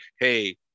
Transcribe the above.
hey